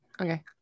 okay